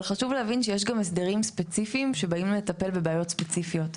אבל חשוב להבין שיש גם הסדרים ספציפיים שבאים לטפל בבעיות ספציפיות.